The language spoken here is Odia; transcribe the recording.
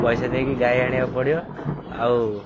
ପଇସା ନେଇକି ଗାଈ ଆଣିଆକୁ ପଡ଼ିବ ଆଉ